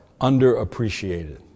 underappreciated